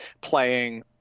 playing